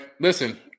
listen